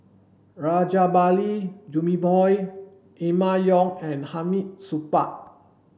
Rajabali Jumabhoy Emma Yong and Hamid Supaat